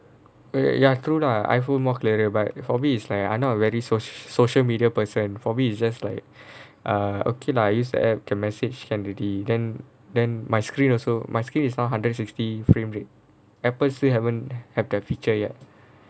ya true lah iPhone more clearer but for me it's like I not a very soc- social media person for me it's just like err okay lah I use the application can message can already then then my screen also my screen is now hundred and sixty frame rate Apple still haven't have that feature yet